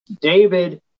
David